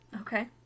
okay